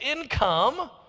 income